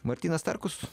martynas starkus